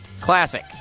Classic